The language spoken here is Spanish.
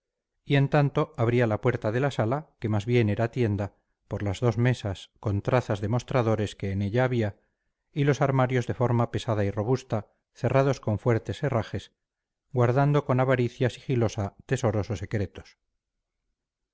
y en tanto abría la puerta de la sala que más bien era tienda por las dos mesas con trazas de mostradores que en ella había y los armarios de forma pesada y robusta cerrados con fuertes herrajes guardando con avaricia sigilosa tesoros o secretos